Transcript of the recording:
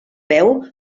veu